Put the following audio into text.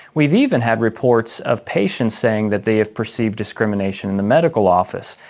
we've even had reports of patients saying that they have perceived discrimination in the medical office,